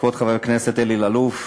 כבוד חבר הכנסת אלי אלאלוף,